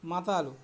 మాతాలు